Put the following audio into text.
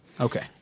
okay